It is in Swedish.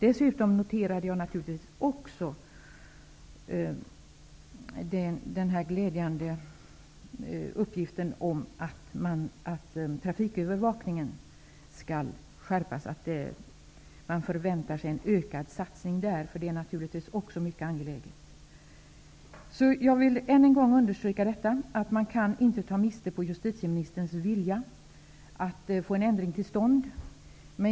Dessutom noterade jag naturligtvis den glädjande uppgiften att trafikövervakningen skall skärpas. En ökad satsning förväntas där. Det är naturligtvis också mycket angeläget. Jag vill än en gång betona att man inte kan ta miste på justitieministerns vilja att få en ändring till stånd.